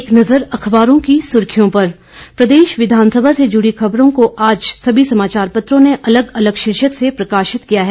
एक नज़र अखबारों की सुर्खियों पर प्रदेश विघानसभा से जुड़ी खबरों को आज अखबारों ने अलग अलग शीर्षक से प्रकाशित किया है